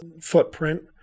footprint